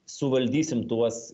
suvaldysim tuos